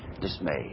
dismayed